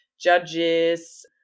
judges